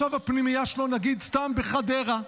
הפנימייה שלו, נגיד, סתם, בחדרה.